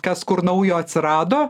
kas kur naujo atsirado